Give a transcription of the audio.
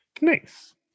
Nice